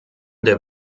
der